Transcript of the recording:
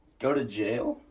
go to jail.